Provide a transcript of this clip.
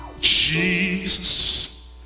Jesus